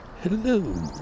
Hello